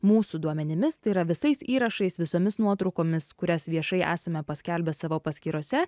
mūsų duomenimis tai yra visais įrašais visomis nuotraukomis kurias viešai esame paskelbę savo paskyrose